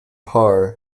parr